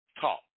talk